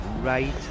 right